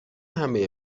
همه